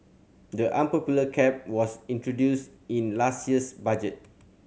the unpopular cap was introduced in last year's budget